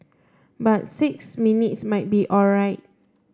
but six minutes might be alright